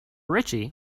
richie